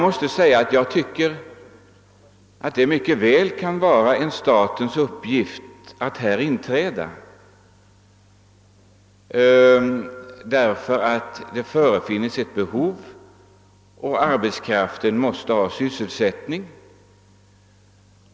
Jag tycker att det mycket väl kan vara en statens uppgift att där träda till, eftersom det finns ett behov av sådana semesterbyar och arbetskraften ju måste ha sysselsättning.